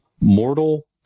mortal